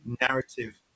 narrative